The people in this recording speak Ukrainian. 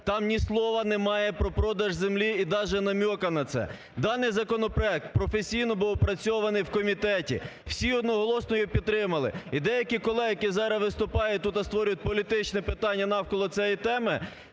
Там ні слова немає про продаж землі і даже намьока на це. Даний законопроект професійно доопрацьований в комітеті. Всі одноголосно його підтримали. І деякі колеги, які зараз виступають тут і створюють політичне питання навколо цієї теми,